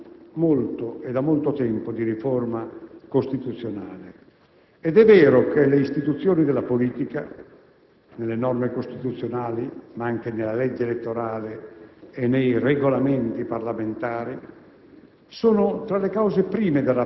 Si parla infatti molto e da molto tempo di riforma costituzionale ed è vero che le istituzioni della politica, nelle norme costituzionali, ma anche nella legge elettorale e nei Regolamenti parlamentari,